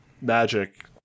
magic